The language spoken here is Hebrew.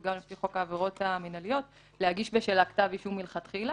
גם לפי חוק העבירות המינהליות להגיש בשלה כתב אישום מלכתחילה,